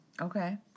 Okay